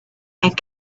and